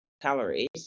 calories